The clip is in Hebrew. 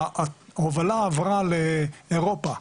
ההובלה עברה לאירופה,